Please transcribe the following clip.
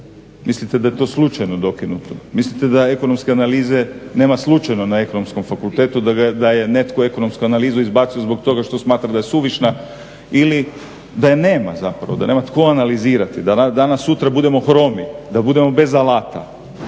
Mislite da je to slučajno dokinuto, mislite da ekonomske analize nema slučajno na Ekonomskom fakultetu, da je netko ekonomsku analizu izbacio zbog toga što smatra da je suvišna ili da je nema zapravo, da nema tko analizirati, da danas sutra budemo hromi, da budemo bez alata.